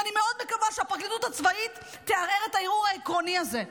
ואני מקווה מאוד שהפרקליטות הצבאית תערער את הערעור העקרוני הזה.